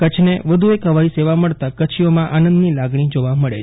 કચ્છ વધુ એક હવાઈ સેવા મળતા કચ્છીઓમાં આનંદની લાગણી જોવા મળે છે